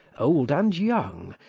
old and young,